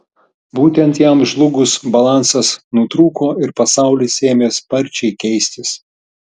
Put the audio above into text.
būtent jam žlugus balansas nutrūko ir pasaulis ėmė sparčiai keistis